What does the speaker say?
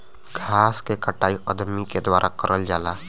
घास के कटाई अदमी के द्वारा करल जाला